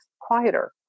quieter